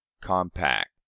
compact